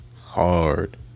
Hard